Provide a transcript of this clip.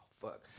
fuck